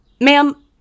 Ma'am